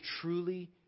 truly